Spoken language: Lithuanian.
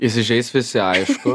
įsižeis visi aišku